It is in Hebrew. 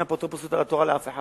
שאין אפוטרופסות על התורה לאף אחד.